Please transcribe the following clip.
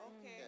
Okay